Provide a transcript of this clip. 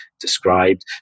described